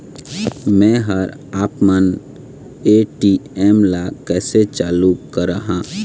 मैं हर आपमन ए.टी.एम ला कैसे चालू कराहां?